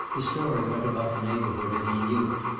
the story went about the neighborhood, and he knew it.